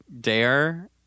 DARE